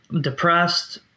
depressed